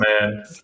man